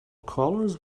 colors